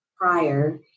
prior